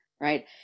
Right